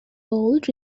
bold